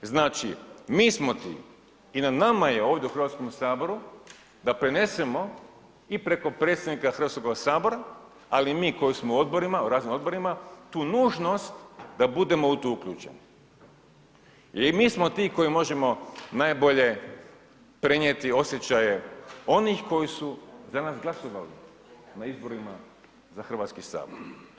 Znači mi smo ti i na nama je ovdje u Hrvatskom saboru da prenesemo i preko predsjednika Hrvatskoga sabora, ali i mi koji smo u raznim odborima tu nužnost da budemo u to uključeni jel mi smo ti koji možemo najbolje prenijeti osjećaje onih koji su za nas glasovali na izborima za Hrvatski sabor.